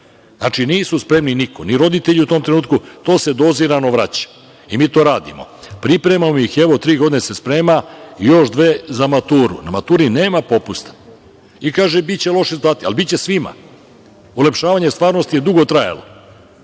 Znači, nisu spremni ni roditelji u tom trenutku. To se dozirano vraća. Mi to radimo. Pripremamo ih, evo tri godine se sprema i još dve za maturu. Na maturi nema popusta. I kaže – biće loše, ali biće svima. Ulepšavanje stvarnosti je dugo trajalo.